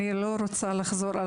ואני לא רוצה לחזור על